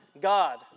God